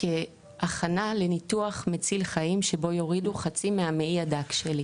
כהכנה לניתוח מציל חיים שבו יורידו חצי מהמעי הדק שלי,